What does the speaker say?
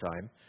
time